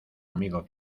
amigo